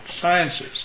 sciences